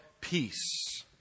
peace